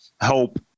help